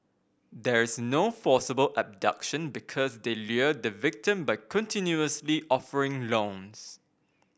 there's no forcible abduction because they lure the victim by continuously offering loans